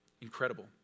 Incredible